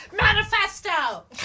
manifesto